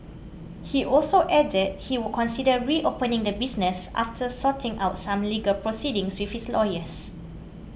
he also added he would consider reopening the business after sorting out some legal proceedings lawyers